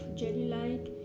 jelly-like